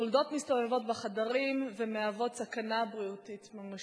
החולדות מסתובבות בחדרים ומהוות סכנה בריאותית ממשית.